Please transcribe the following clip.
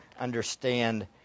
understand